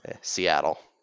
Seattle